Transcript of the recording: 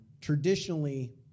traditionally